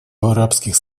арабских